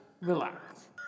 relax